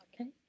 Okay